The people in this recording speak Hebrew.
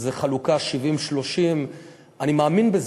שזה חלוקה של 30:70. אני מאמין בזה.